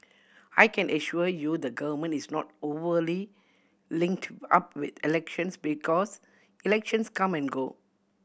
I can assure you the Government is not overly linked up with elections because elections come and go